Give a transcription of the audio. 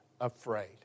afraid